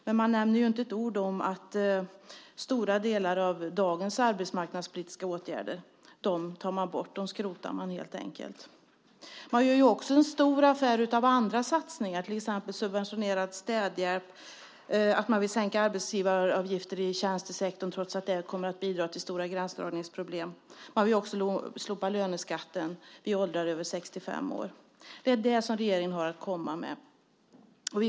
Men man nämner inte ett ord om att man tar bort stora delar av dagens arbetsmarknadspolitiska åtgärder - man skrotar dem helt enkelt. Man gör också en stor affär av andra satsningar, till exempel subventionerad städhjälp, att man vill sänka arbetsgivaravgifter i tjänstesektorn trots att det kommer att bidra till stora gränsdragningsproblem och att man vill slopa löneskatten i åldrar över 65 år. Det är det som regeringen har att komma med.